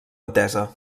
entesa